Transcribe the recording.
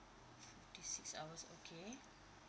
fifty six hours okay